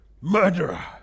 murderer